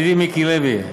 ידידי מיקי לוי,